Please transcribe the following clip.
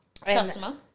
Customer